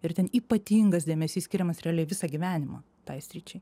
ir ten ypatingas dėmesys skiriamas realiai visą gyvenimą tai sričiai